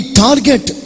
target